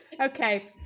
Okay